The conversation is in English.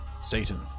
Satan